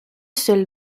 seul